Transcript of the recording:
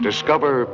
Discover